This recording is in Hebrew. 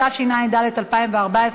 התשע"ד 2014,